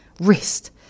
Rest